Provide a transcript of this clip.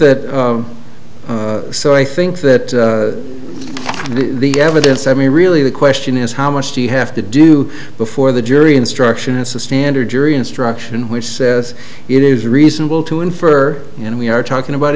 that so i think that the evidence i mean really the question is how much do you have to do before the jury instruction it's a standard jury instruction which says it is reasonable to infer and we are talking about